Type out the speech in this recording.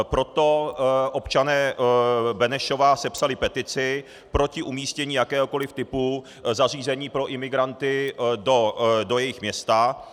Proto občané Benešova sepsali petici proti umístění jakéhokoliv typu zařízení pro imigranty do jejich města.